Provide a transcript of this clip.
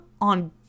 on